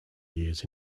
years